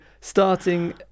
starting